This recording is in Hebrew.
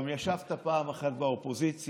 גם ישבת פעם אחת באופוזיציה,